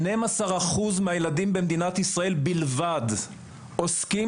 שנים עשר אחוז מהילדים במדינת ישראל בלבד עוסקים